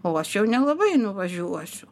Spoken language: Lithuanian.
o aš jau nelabai nuvažiuosiu